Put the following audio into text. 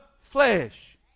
flesh